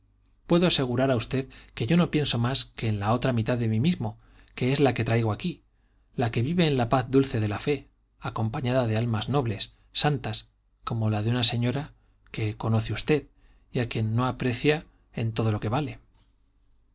puedo asegurar a usted que yo no pienso más que en la otra mitad de mí mismo que es la que traigo aquí la que vive en la paz dulce de la fe acompañada de almas nobles santas como la de una señora que usted conoce y a quien no aprecia en todo lo que vale